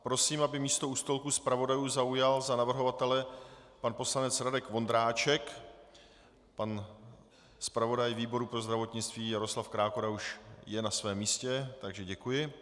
Prosím, aby místo u stolku zpravodajů zaujal za navrhovatele pan poslanec Radek Vondráček, pan zpravodaj výboru pro zdravotnictví Jaroslav Krákora už je na svém místě, takže děkuji.